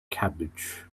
cabbage